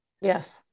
Yes